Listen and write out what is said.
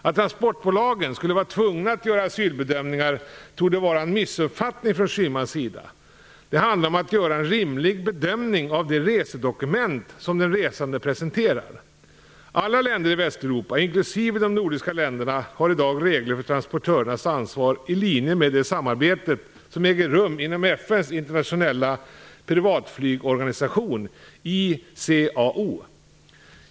Att transportbolagen skulle vara tvungna att göra asylbedömningar torde vara en missuppfattning från Schymans sida; det handlar om att göra en rimlig bedömning av de resedokument som den resande presenterar. Alla länder i Västeuropa, inklusive de nordiska länderna, har i dag regler för transportörernas ansvar i linje med det samarbete som äger rum inom FN:s internationella privatflygorganisation, ICAO.